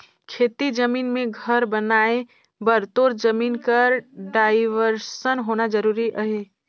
खेती जमीन मे घर बनाए बर तोर जमीन कर डाइवरसन होना जरूरी अहे